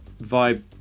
vibe